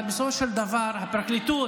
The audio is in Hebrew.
אבל בסופו של דבר הפרקליטות,